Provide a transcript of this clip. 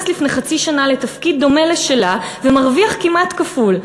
לפני חצי שנה לתפקיד דומה לשלה ומרוויח כמעט כפול.